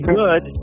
good